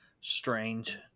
strange